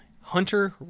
hunter